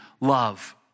love